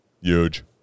Huge